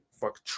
fuck